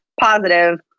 positive